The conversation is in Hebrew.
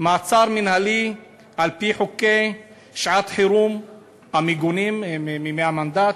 מעצר מינהלי על-פי חוקי שעת-חירום המגונים מימי המנדט.